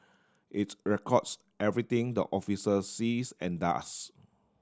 its records everything the officer sees and does